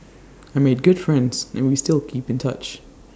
I made good friends and we still keep in touch